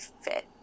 fit